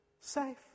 safe